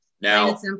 Now